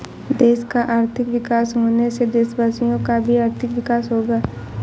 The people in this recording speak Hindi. देश का आर्थिक विकास होने से देशवासियों का भी आर्थिक विकास होगा